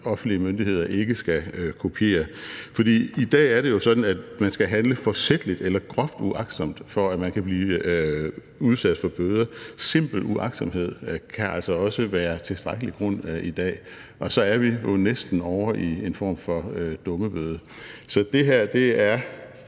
offentlige myndigheder ikke skal kopiere. I dag er det jo sådan, at man skal handle forsætligt eller groft uagtsomt, for at man kan blive udsat for bøder – simpel uagtsomhed kan altså også være tilstrækkelig grund i dag. Og så er vi jo næsten ovre i en form for dummebøde. Så det her er